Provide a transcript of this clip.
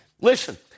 Listen